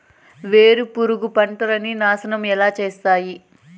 వేరుపురుగు పంటలని నాశనం ఎలా చేస్తాయి?